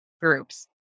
groups